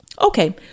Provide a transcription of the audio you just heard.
Okay